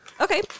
Okay